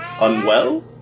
unwell